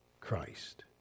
Christ